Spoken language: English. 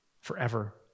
forever